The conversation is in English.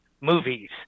movies